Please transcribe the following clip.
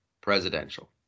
presidential